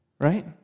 Right